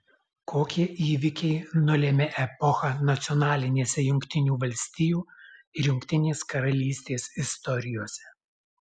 kokie įvykiai nulėmė epochą nacionalinėse jungtinių valstijų ir jungtinės karalystės istorijose